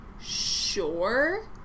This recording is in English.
sure